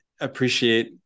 appreciate